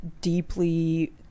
deeply